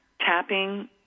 tapping